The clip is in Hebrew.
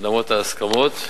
למרות ההסכמות.